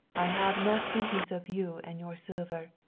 i have not business of you and your silver.